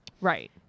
Right